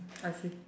I see